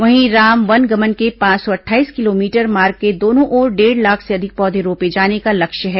वहीं राम वनगमन के पांच सौ अट्ठाईस किलोमीटर मार्ग के दोनों ओर डेढ़ लाख से अधिक पौधे रोपे जाने का लक्ष्य है